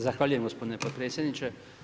Zahvaljujem gospodine potpredsjedniče.